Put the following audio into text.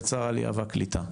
ואת שר העלייה והקליטה.